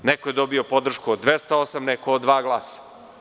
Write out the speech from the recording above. Neko je dobio podršku od 208, neko od dva glasa.